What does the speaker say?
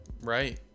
Right